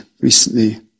recently